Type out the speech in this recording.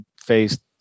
faced